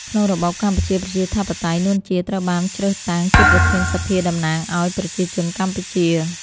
ក្នុងរបបកម្ពុជាប្រជាធិបតេយ្យ នួន ជា ត្រូវបានជ្រើសតាំង ជាប្រធានសភាតំណាងប្រជាជនកម្ពុជា ។